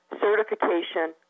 Certification